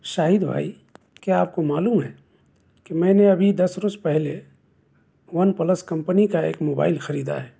شاہد بھائی کیا آپ کو معلوم ہے کہ میں نے ابھی دس روز پہلے ون پلس کمپنی کا ایک موبائل خریدا ہے